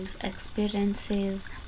experiences